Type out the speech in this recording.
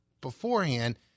beforehand